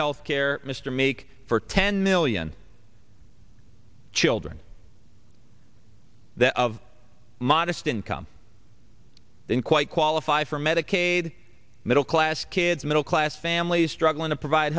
health care mr meek for ten million children that of modest income then quite qualify for medicaid middle class kids middle class families struggling to provide